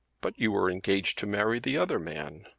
but you are engaged to marry the other man.